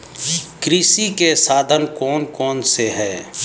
कृषि के साधन कौन कौन से हैं?